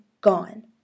Gone